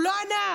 הוא לא ענה.